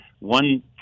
One